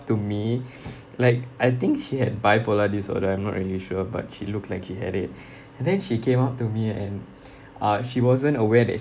to me like I think she had bipolar disorder I'm not really sure but she looked like she had it and then she came up to me and uh she wasn't aware that